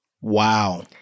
Wow